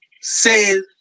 says